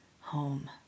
home